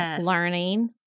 learning